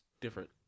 different